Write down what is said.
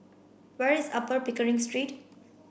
where is Upper Pickering Street